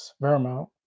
Vermont